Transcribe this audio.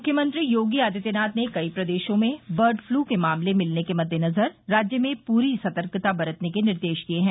मुख्यमंत्री योगी आदित्यनाथ ने कई प्रदेशों में बर्ड पलू के मामले मिलने के मद्देनजर राज्य में पूरी सतर्कता बरतने के निर्देश दिये हैं